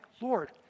Lord